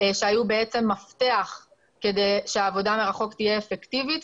שהיו בעצם מפתח כדי שהעבודה מרחוק תהיה אפקטיבית.